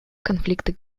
конфликты